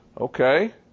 Okay